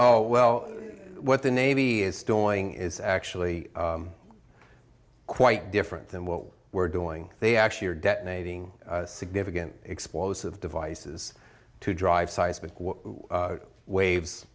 oh well what the navy is storing is actually quite different than what we're doing they actually are detonating significant explosive devices to drive seismic waves